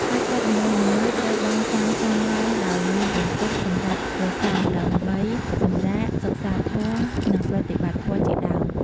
ហើយកុដិនីមួយៗត្រូវបានសាងសង់ឡើងដោយមានបន្ទប់សម្រាប់ព្រះសង្ឃដើម្បី សម្រាក សិក្សាធម៌ និង ប្រតិបត្តិធម៌ ជាដើម។